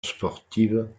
sportive